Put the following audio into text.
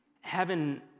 Heaven